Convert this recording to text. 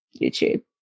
YouTube